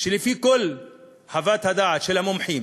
שלפי כל חוות הדעת של המומחים